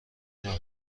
جان